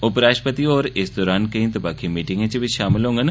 उपराष्ट्रपति होर इस दौरान कोई दपक्खी मीटिंगें च बी शामिल होङन